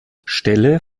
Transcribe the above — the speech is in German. stelle